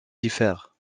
diffère